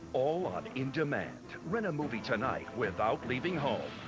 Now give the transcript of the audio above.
all on indemand. rent a movie tonight without leaving home.